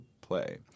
play